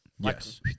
Yes